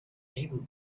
able